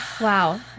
wow